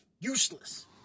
useless